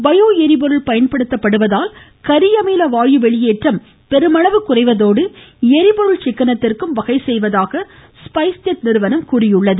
bio எரிபொருள் பயன்படுத்துவதால் கரியமில வாயு வெளியேற்றம் பெருமளவு குறைவதோடு எரிபொருள் சிக்கனத்திற்கும் வகை செய்வதாக ஸ்பைஸ்ஜெட் நிறுவனம் கூறியுள்ளது